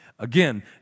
Again